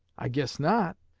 i guess not!